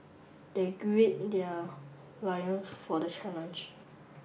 they grid their lions for the challenge